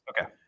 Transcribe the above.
Okay